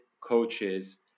coaches